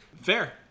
Fair